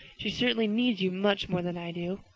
she certainly needs you much more than i do.